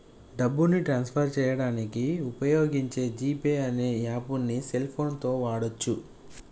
డబ్బుని transfer చేయడానికి వుపయోగించే జీ పే అనే యాప్పుని సెల్ ఫోన్ తో వాడచ్చు